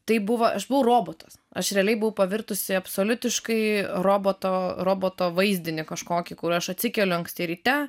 tai buvo aš buvau robotas aš realiai buvau pavirtusi absoliutiškai roboto roboto vaizdinį kažkokį kur aš atsikeliu anksti ryte